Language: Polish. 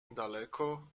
daleko